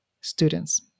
students